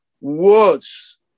Words